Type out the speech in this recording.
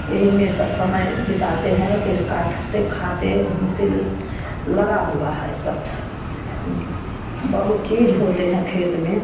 यही में सब समय बिताते हैं और कइस काटते खाते ओहुं से लगा हुआ है सब उनके बहुत चीज़ होते हैं खेत में